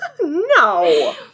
No